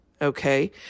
Okay